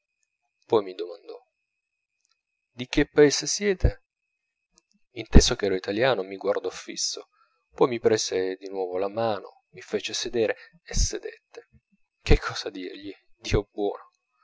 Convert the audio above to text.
poi mi domandò di che paese siete inteso ch'ero italiano mi guardò fisso poi mi prese di nuovo la mano mi fece sedere e sedette che cosa dirgli dio buono